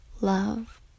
love